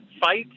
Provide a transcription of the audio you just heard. fights